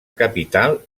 capital